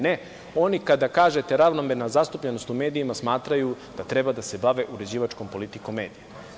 Ne, oni kada kažete - ravnomerna zastupljenost u medijima, smatraju da treba da se bave uređivačkom politikom medija.